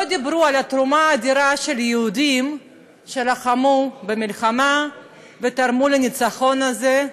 לא דיברו על התרומה האדירה של היהודים שלחמו ותרמו לניצחון הזה.